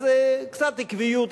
אז קצת עקביות,